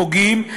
פוגעים,